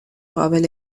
قابل